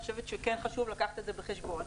אני חושבת שכן חשוב לקחת את זה בחשבון,